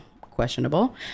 questionable